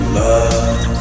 love